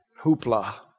Hoopla